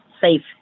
safe